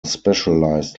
specialised